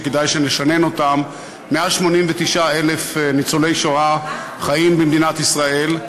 וכדאי שנשנן אותם: 189,000 ניצולי שואה חיים במדינת ישראל,